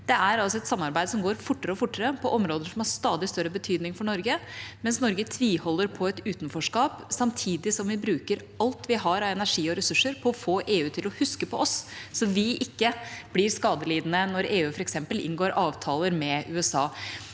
Det er et samarbeid som går fortere og fortere på områder som har stadig større betydning for Norge, men Norge tviholder på et utenforskap samtidig som vi bruker alt vi har av energi og ressurser på å få EU til å huske på oss, så vi ikke blir skadelidende når EU f.eks. inngår avtaler med USA.